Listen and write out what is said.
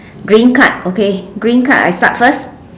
green card okay green card I start first